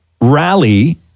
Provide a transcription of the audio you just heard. rally